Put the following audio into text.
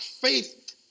faith